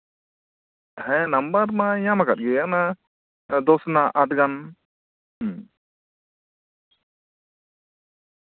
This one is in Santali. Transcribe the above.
ᱦᱮᱸ ᱱᱟᱢᱵᱟᱨ ᱢᱟᱭ ᱧᱟᱢᱟᱠᱟᱫ ᱜᱮᱭᱟ ᱚᱱᱟ ᱫᱚᱥ ᱨᱮᱭᱟᱜ ᱟᱴ ᱜᱟᱱ ᱦᱩᱸ